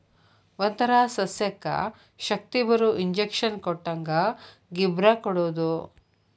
ಒಂತರಾ ಸಸ್ಯಕ್ಕ ಶಕ್ತಿಬರು ಇಂಜೆಕ್ಷನ್ ಕೊಟ್ಟಂಗ ಗಿಬ್ಬರಾ ಕೊಡುದು